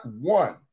one